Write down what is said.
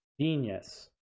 genius